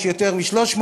יש יותר מ-300,